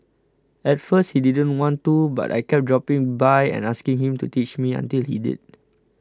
at first he didn't want to but I kept dropping by and asking him to teach me until he did